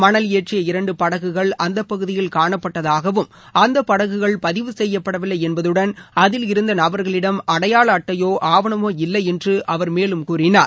மணல் ஏற்றிய இரண்டு படகுகள் அந்த பகுதியில் காணப்பட்டதாகவும் அந்த படகுகள் பதிவு செய்யபடவில்லை என்பதுடன் அதில் இருந்த நபர்களிடம் அடையாள அட்டையோ ஆவணமோ இல்லை என்று அவர்மேலும் கூறினார்